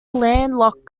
landlocked